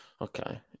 Okay